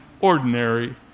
ordinary